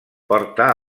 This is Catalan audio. porta